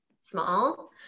small